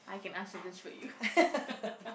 I can answer this for you